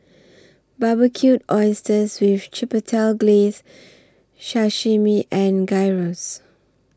Barbecued Oysters with Chipotle Glaze Sashimi and Gyros